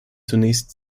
zunächst